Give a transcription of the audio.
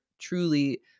truly